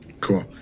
Cool